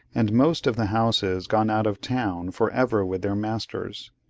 and most of the houses gone out of town for ever with their masters.